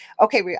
Okay